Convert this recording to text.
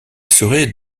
serait